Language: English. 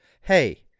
hey